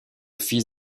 fils